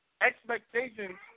expectations